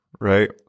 Right